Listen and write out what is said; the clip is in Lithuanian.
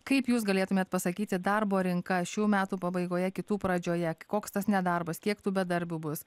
kaip jūs galėtumėt pasakyti darbo rinka šių metų pabaigoje kitų pradžioje koks tas nedarbas kiek tų bedarbių bus